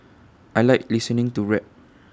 I Like listening to rap